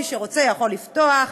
מי שרוצה יכול לפתוח,